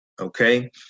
okay